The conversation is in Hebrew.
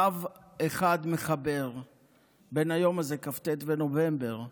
קו אחד מחבר בין היום הזה, כ"ט בנובמבר,